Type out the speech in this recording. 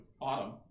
Autumn